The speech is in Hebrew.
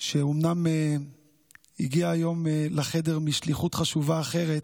שאומנם הגיעה היום לחדר משליחות חשובה אחרת,